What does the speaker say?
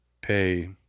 pay